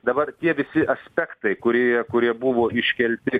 dabar tie visi aspektai kurie kurie buvo iškelti